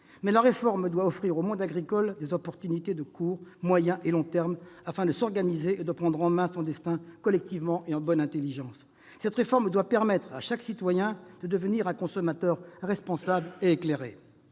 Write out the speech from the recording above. Mais la réforme doit offrir au monde agricole des opportunités de court, moyen et long termes, afin qu'il puisse s'organiser et prendre en main son destin collectivement et en bonne intelligence. Cette réforme doit permettre à chaque citoyen de devenir un consommateur responsable et éclairé.